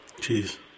Jeez